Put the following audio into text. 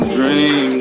Dream